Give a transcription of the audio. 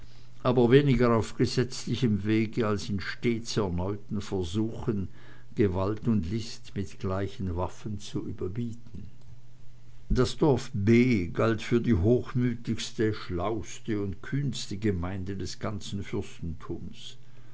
aber weniger auf gesetzlichem wege als in stets erneuten versuchen gewalt und list mit gleichen waffen zu überbieten das dorf b galt für die hochmütigste schlauste und kühnste gemeinde des ganzen